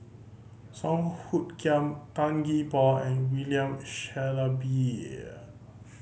Song Hoot Kiam Tan Gee Paw and William Shellabear